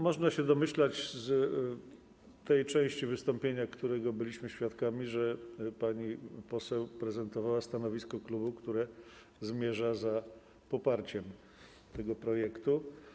Można się domyślać z tej części wystąpienia, której byliśmy świadkami, że pani poseł prezentowała stanowisko klubu, które zmierza w stronę poparcia tego projektu.